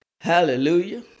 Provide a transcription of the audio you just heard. Hallelujah